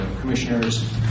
commissioners